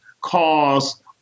cause